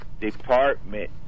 Department